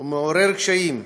ומעורר קשיים.